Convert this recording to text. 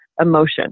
emotion